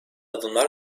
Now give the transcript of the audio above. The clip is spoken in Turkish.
adımlar